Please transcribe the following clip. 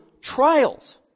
trials